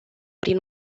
prin